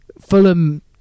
Fulham